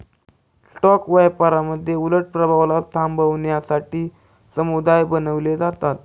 stock व्यापारामध्ये उलट प्रभावाला थांबवण्यासाठी समुदाय बनवले जातात